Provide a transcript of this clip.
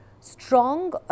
strong